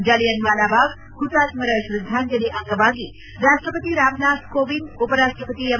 ಜಲಿಯನ್ ವಾಲಾಬಾಗ್ ಹುತಾತ್ಮರ ಶ್ರದ್ದಾಂಜಲಿ ಅಂಗವಾಗಿ ರಾಷ್ಟಪತಿ ರಾಮನಾಥ್ ಕೋವಿಂದ್ ಉಪರಾಷ್ಟಪತಿ ಎಂ